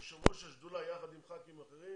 כיושב-ראש השדולה יחד עם ח"כים אחרים